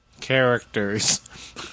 characters